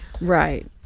right